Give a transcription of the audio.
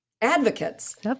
advocates